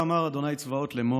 "כה אמר ה' צבאות לאמר,